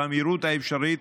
במהירות האפשרית,